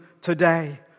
today